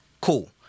cool